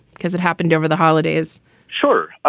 because it happened over the holidays sure.